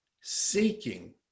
seeking